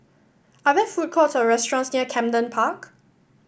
are there food courts or restaurants near Camden Park